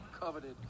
coveted